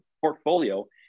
portfolio